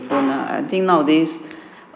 phone ah I think nowadays